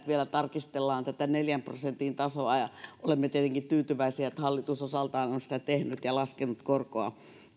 vielä tarkistellaan tätä neljän prosentin tasoa ja olemme tietenkin tyytyväisiä että hallitus osaltaan on sitä tehnyt ja laskenut korkoa